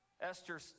Esther